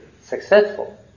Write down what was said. successful